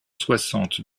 soixante